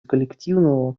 коллективного